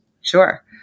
Sure